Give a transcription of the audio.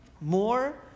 More